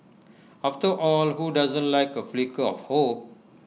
after all who doesn't like A flicker of hope